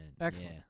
Excellent